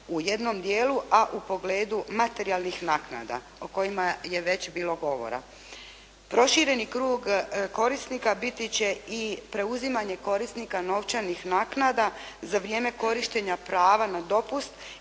u jednom dijelu, a u pogledu materijalnih naknada o kojima je već bilo govora. Prošireni krug korisnika biti će i preuzimanje korisnika novčanih naknada za vrijeme korištenja prava na dopust